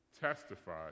testified